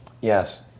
Yes